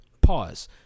pause